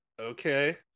okay